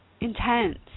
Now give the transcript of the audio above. intense